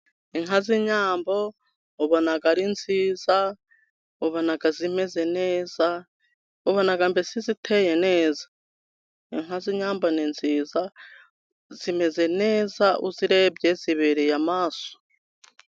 Inka z'inyambo ubona ari nziza, ubona zimeze neza, ubona mbese ziteye neza. Inka z'inyambo ni nziza, zimeze neza, uzirebye zibereye amaso.